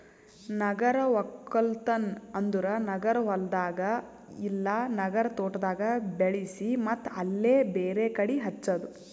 ನಗರ ಒಕ್ಕಲ್ತನ್ ಅಂದುರ್ ನಗರ ಹೊಲ್ದಾಗ್ ಇಲ್ಲಾ ನಗರ ತೋಟದಾಗ್ ಬೆಳಿಸಿ ಮತ್ತ್ ಅಲ್ಲೇ ಬೇರೆ ಕಡಿ ಹಚ್ಚದು